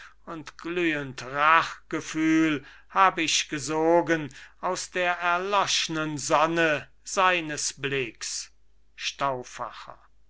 glühend rachgefühl hab ich gesogen aus der erloschnen sonne seines blicks